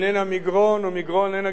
ומגרון איננה שכונת-האולפנה,